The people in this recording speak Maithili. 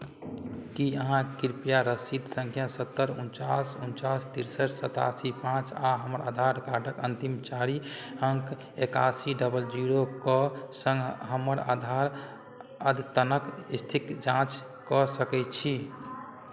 की अहाँ कृपया रसीद सङ्ख्या सत्तरि उनचास उनचास तिरसठि सतासी पाँच आ हमर आधार कार्डक अन्तिम चारि अङ्क एकासी डबल जीरोके सङ्ग हमर आधार अद्यतनक स्थिति जाँच कऽ सकैत छी